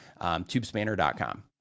tubespanner.com